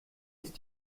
ist